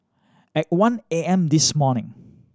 at one A M this morning